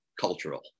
cultural